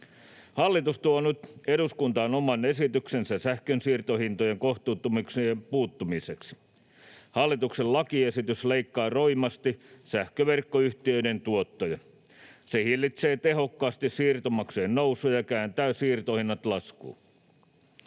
Hallitus tuo nyt eduskuntaan oman esityksensä sähkön siirtohintojen kohtuuttomuuksiin puuttumiseksi. Hallituksen lakiesitys leikkaa roimasti sähköverkkoyhtiöiden tuottoja. Se hillitsee tehokkaasti siirtomaksujen nousuja ja kääntää siirtohinnat laskuun.